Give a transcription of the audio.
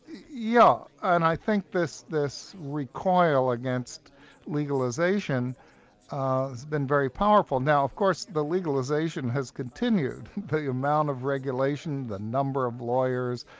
yeah and i think this this recoil against legalisation ah has been very powerful. now of course the legalisation has continued. the amount of regulation, the number of lawyers,